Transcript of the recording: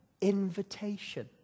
invitation